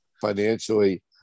financially